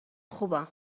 خوبم